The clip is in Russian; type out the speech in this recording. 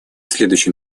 следующем